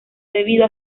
debido